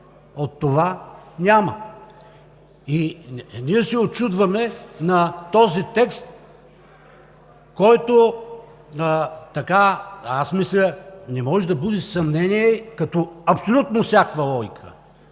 от това. Ние се учудваме на този текст, който, мисля, че не може да буди съмнение като абсолютно всякаква логика